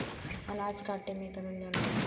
अनाज काटे में करल जाला